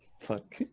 Fuck